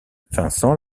vincent